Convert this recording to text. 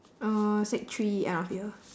uh sec three end of year